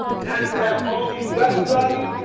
now you have all of these weapons on you,